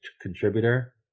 contributor